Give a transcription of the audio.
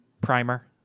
Primer